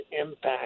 impact